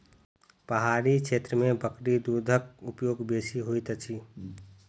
पहाड़ी क्षेत्र में बकरी दूधक उपयोग बेसी होइत अछि